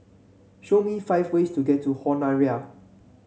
show me five ways to get to Honiara